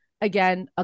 again